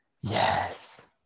Yes